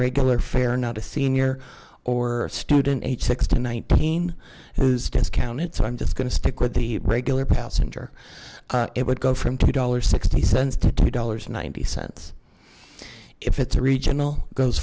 regular fare not a senior or student aged six to nineteen whose discounted so i'm just gonna stick with the regular passenger it would go from two dollar sixty cents to two dollars ninety cents if it's regional goes